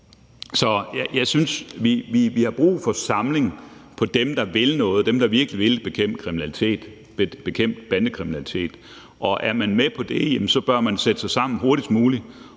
Jeg synes, at vi har brug for samling af dem, der virkelig vil bekæmpe bandekriminalitet. Er man med på det, bør man sætte sig sammen hurtigst muligt